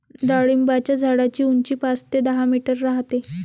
डाळिंबाच्या झाडाची उंची पाच ते दहा मीटर राहते